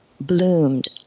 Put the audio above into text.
bloomed